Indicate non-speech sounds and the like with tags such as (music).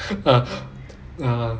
uh (breath) uh